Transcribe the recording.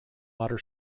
water